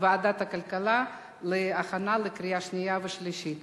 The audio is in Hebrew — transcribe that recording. הכלכלה להכנה לקריאה שנייה ושלישית.